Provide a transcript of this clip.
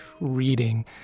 reading